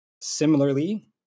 Similarly